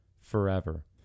forever